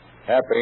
Happy